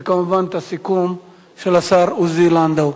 וכמובן את הסיכום של השר עוזי לנדאו.